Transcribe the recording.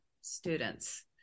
students